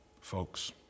Folks